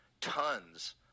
tons